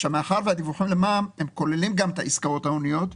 מאחר והדיווחים למע"מ כוללים גם את העסקאות ההוניות,